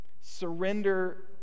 Surrender